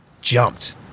jumped